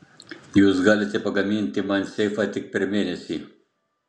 jūs galite pagaminti man seifą tik per mėnesį